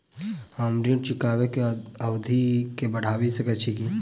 हम ऋण चुकाबै केँ अवधि केँ बढ़ाबी सकैत छी की?